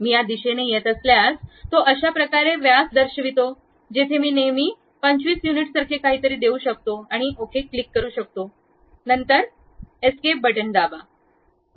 मी या दिशेने येत असल्यास तो अशा प्रकारे व्यास दर्शवितो जिथे मी नेहमी 25 युनिट्ससारखे काहीतरी देऊ शकतो आणि ओके क्लिक करा नंतर सुट दाबा